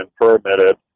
permitted